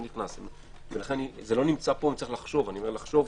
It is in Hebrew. זה לא פה, ויש לחשוב.